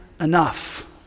enough